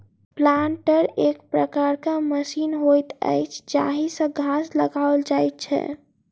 planter एक प्रकारक machine होइत अछि जाहि सॅ गाछ लगाओल जाइत छै